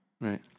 Right